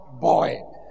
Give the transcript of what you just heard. boy